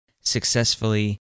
successfully